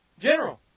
general